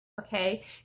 okay